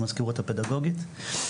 במזכירות הפדגוגית.